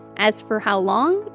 as for how long,